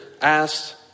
asked